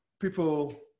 people